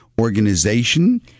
organization